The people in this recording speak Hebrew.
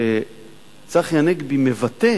שצחי הנגבי מבטא